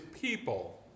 people